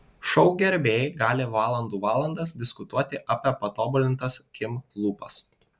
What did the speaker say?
šou gerbėjai gali valandų valandas diskutuoti apie patobulintas kim lūpas